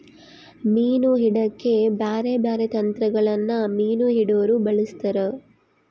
ಮೀನು ಹಿಡೆಕ ಬ್ಯಾರೆ ಬ್ಯಾರೆ ತಂತ್ರಗಳನ್ನ ಮೀನು ಹಿಡೊರು ಬಳಸ್ತಾರ